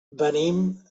venim